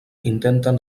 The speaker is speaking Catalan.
intenten